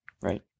right